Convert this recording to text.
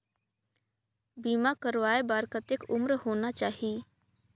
बीमा करवाय बार कतेक उम्र होना चाही?